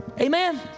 Amen